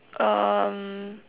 um